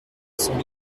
sans